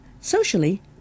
Socially